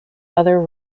other